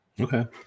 Okay